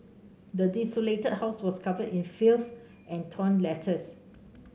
the desolated house was covered in filth and torn letters